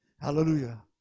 Hallelujah